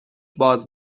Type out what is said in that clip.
باز